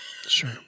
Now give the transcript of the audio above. Sure